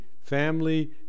family